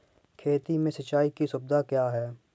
खेती में सिंचाई की सुविधा क्या है?